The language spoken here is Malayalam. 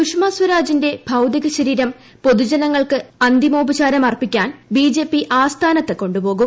സുഷമാസ്വരാജിന്റെ ഭൌതികശരീരംപൊതുജനങ്ങൾക്കുഅന്തിമോപചാരം അർപ്പിക്കാൻ ബി ജെ പി ആസ്ഥാനത്തു കൊ ു പോകും